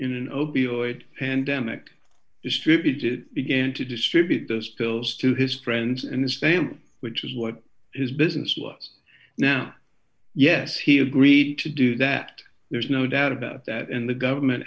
pandemic distributed began to distribute those pills to his friends in the stamp which is what his business was now yes he agreed to do that there's no doubt about that and the government